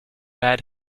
bad